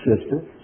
sister